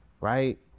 right